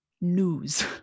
news